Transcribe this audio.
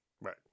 Right